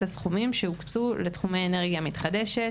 הסכומים שהוקצו לתחומי אנרגיה מתחדשת,